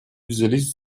взялись